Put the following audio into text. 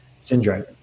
syndrome